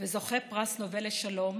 וזוכה פרס נובל לשלום,